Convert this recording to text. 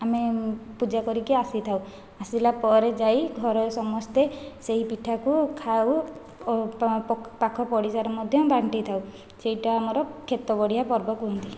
ଆମେ ପୂଜା କରିକି ଆସିଥାଉ ଆସିଲା ପରେ ଯାଇ ଘରର ସମସ୍ତେ ସେହି ପିଠାକୁ ଖାଉ ଓ ପାଖ ପଡ଼ିଶାରେ ମଧ୍ୟ ବାଣ୍ଟିଥାଉ ସେଇଟା ଆମର କ୍ଷେତବଢ଼ିଆ ପର୍ବ କହନ୍ତି